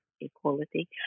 equality